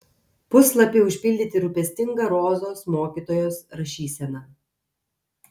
puslapiai užpildyti rūpestinga rozos mokytojos rašysena